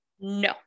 no